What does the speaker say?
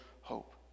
hope